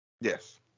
Yes